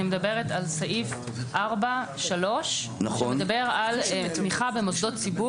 אני מדברת על סעיף 4(3) שמדבר על תמיכה במוסדות ציבור